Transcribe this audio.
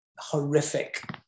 horrific